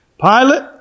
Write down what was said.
Pilate